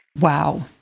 Wow